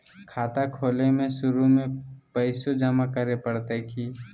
खाता खोले में शुरू में पैसो जमा करे पड़तई की?